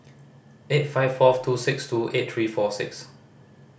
eight five four two six two eight three four six